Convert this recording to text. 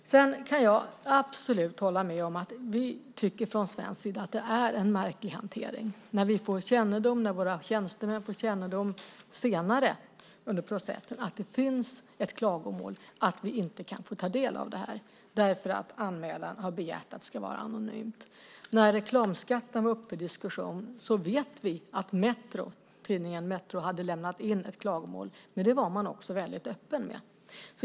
Sedan kan jag absolut hålla med om att det är en märklig hantering att vi, när vi och våra tjänstemän senare under processen får kännedom om att det finns ett klagomål, inte kan få ta del av detta därför att anmälaren har begärt att få vara anonym. När reklamskatten var uppe till diskussion vet vi att tidningen Metro hade lämnat in ett klagomål, och det var man väldigt öppen med.